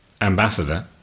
ambassador